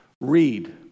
Read